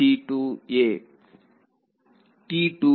ವಿದ್ಯಾರ್ಥಿT 2 a